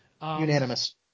Unanimous